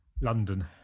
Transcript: London